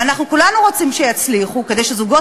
ואנחנו כולנו רוצים שיצליחו כדי שזוגות